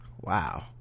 Wow